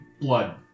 blood